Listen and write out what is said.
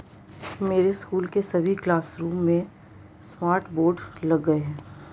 मेरे स्कूल के सभी क्लासरूम में स्मार्ट बोर्ड लग गए हैं